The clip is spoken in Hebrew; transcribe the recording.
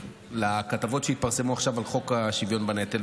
לכתבות שהתפרסמו עכשיו על חוק השוויון בנטל.